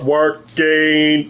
Working